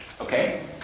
Okay